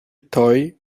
toy